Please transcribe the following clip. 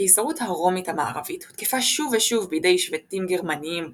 הקיסרות הרומית המערבית הותקפה שוב ושוב בידי שבטים גרמאניים בוזזים,